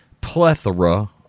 plethora